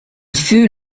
fut